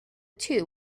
two